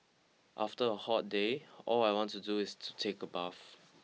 after a hot day all I want to do is to take a bath